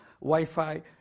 Wi-Fi